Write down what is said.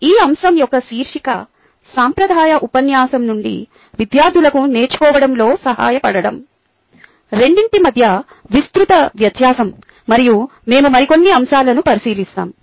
ఈ అంశం యొక్క శీర్షిక సాంప్రదాయ ఉపన్యాసం నుండి విద్యార్థులకు నేర్చుకోవడంలో సహాయపడడం రెండింటి మధ్య విస్తృత వ్యత్యాసం మరియు మేము మరి కొన్ని అంశాలను పరిశీలిస్తాము